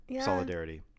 solidarity